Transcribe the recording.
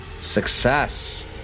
Success